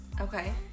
Okay